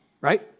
Right